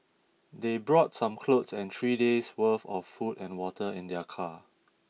they brought some clothes and three days' worth of food and water in their car